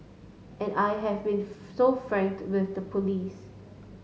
and I have been so frank with the police